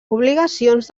obligacions